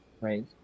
right